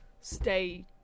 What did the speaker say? stay